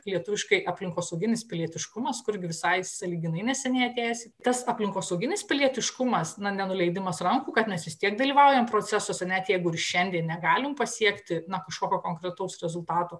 lietuviškai aplikosauginis pilietiškumas kur visai sąlyginai neseniai atėjęs tas aplinkosauginis pilietiškumas na nenuleidimas rankų kad mes vis tiek dalyvaujam procesus net jeigu ir šiandien negalim pasiekti na kažkokio konkretaus rezultato